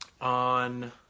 On